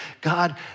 God